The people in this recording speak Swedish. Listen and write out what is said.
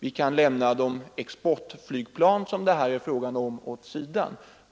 Vi kan lämna de exportflygplan som det här är fråga om åt sidan.